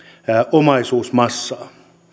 omaisuusmassaa